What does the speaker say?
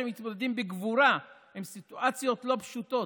שמתמודדים בגבורה עם סיטואציות לא פשוטות